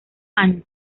años